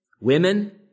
women